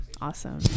awesome